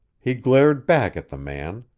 he glared back at the man,